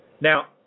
Now